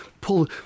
pull